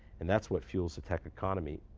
and that's what fuels the tech economy.